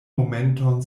momenton